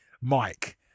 Mike